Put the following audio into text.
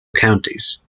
counties